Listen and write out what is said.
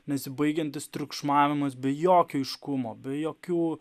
nesibaigiantis triukšmavimas be jokio aiškumo be jokių